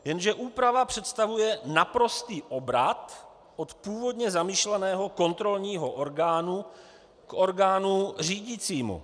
Jenže úprava představuje naprostý obrat od původně zamýšleného kontrolního orgánu k orgánu řídicímu.